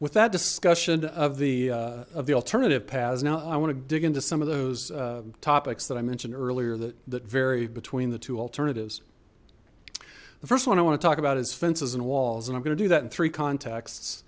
with that discussion of the of the alternative paths now i want to dig into some of those topics that i mentioned earlier that that vary between the two alternatives the first one i want to talk about is fences and walls and i'm going to do that in three cont